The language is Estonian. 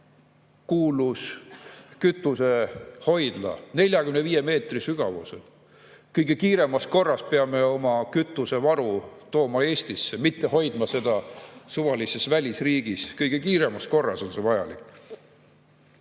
kuulus kütusehoidla 45 meetri sügavusel. Kõige kiiremas korras peame oma kütusevaru tooma Eestisse, mitte hoidma seda suvalises välisriigis. Kõige kiiremas korras on see vajalik.